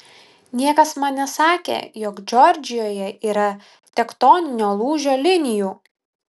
niekas man nesakė jog džordžijoje yra tektoninio lūžio linijų